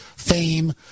fame